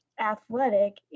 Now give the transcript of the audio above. athletic